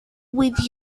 with